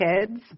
kids